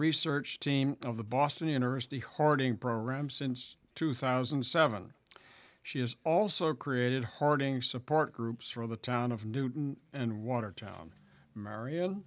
research team of the boston university harding program since two thousand and seven she has also created harding support groups for the town of newton and watertown marion